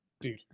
Dude